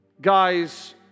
guys